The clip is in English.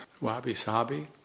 wabi-sabi